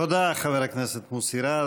תודה, חבר הכנסת מוסי רז.